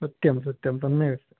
सत्यं सत्यं सम्यगस्ति